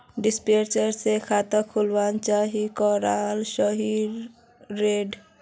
डिरिपयंऋ से खेत खानोक सिंचाई करले सही रोडेर?